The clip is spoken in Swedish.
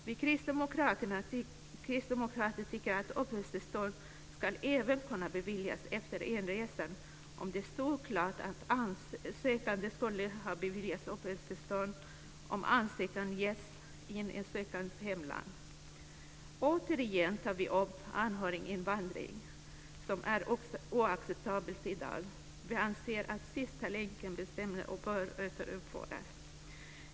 Vi kristdemokrater tycker att uppehållstillstånd ska kunna beviljas även efter inresan om det står klart att den sökande skulle ha beviljats uppehållstillstånd om ansökan getts in i den sökandes hemland. Återigen tar vi upp anhöriginvandring, som är oacceptabel i dag. Vi anser att sista länkenbestämmelsen bör återinföras.